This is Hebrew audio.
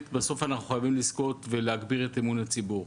אנחנו חייבים לזכות ולהגביר את אמון הציבור,